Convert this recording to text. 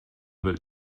wird